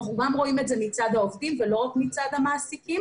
אנחנו גם רואים את זה מצד העובדים ולא רק מצד המעסיקים